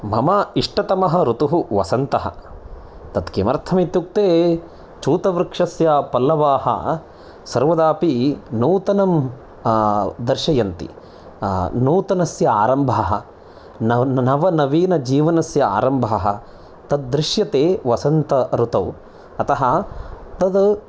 मम ईष्टतमः ऋतुः वसन्तः तत् किमर्थम् इत्युक्ते चूतवृक्षस्य पल्लवाः सर्वदापि नूतनं दर्शयन्ति नूतनस्य आरम्भः नव नवीनजीवनस्य आरम्भः तद् दृश्यते वसन्त ऋतौ अतः तद्